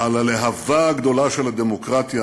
"על הלהבה הגדולה של הדמוקרטיה